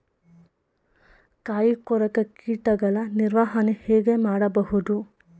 ಕಾಯಿ ಕೊರಕ ಕೀಟಗಳ ನಿರ್ವಹಣೆ ಹೇಗೆ ಮಾಡಬಹುದು?